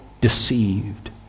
Deceived